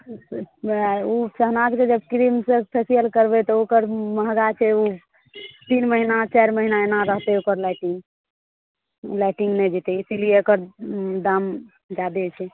ओ सहनाजके क्रीम सऽ जब फेसियल करबै तऽ ओकर महँगा छै ओ तीन महीना चारि महीना एना रहतै ओकर लाइटिंग लाइटिंग नहि जेतै इसीलिए एकर दाम जादे छै